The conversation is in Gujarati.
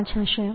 5 હશે